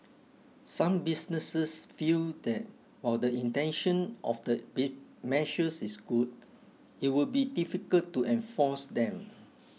some businesses feel that while the intention of the measures is good it would be difficult to enforce them